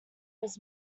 was